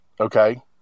Okay